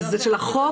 זה לחוק